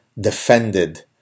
defended